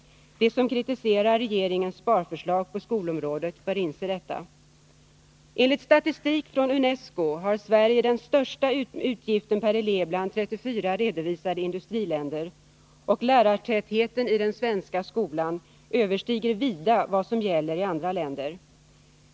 De som kritiserar regeringens sparförslag på skolområdet bör inse detta. Enligt statistik från UNESCO har Sverige den största utgiften per elev bland 34 redovisade industriländer, och lärartätheten i den svenska skolan överstiger vida vad som gäller i andra länder.